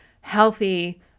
healthy